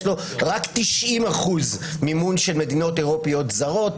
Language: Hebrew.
יש לו רק 90% מימון של מדינות אירופיות זרות.